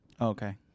okay